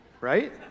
Right